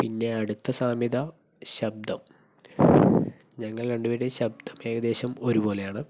പിന്നെ അടുത്ത സാമ്യത ശബ്ദം ഞങ്ങൾ രണ്ടു പേരുടെയും ശബ്ദം ഏകദേശം ഒരുപോലെയാണ്